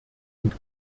und